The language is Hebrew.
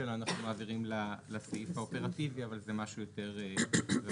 שלה אנחנו מעבירים לסעיף האופרטיבי אבל זה משהו יותר טכני.